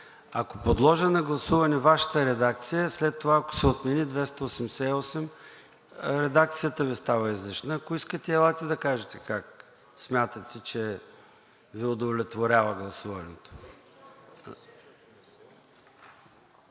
Ако подложим на гласуване Вашата редакция, след това, ако се отмени чл. 288, редакцията Ви става излишна. Ако искате, елате да кажете как смятате, че Ви удовлетворява гласуването.